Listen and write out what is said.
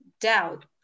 doubt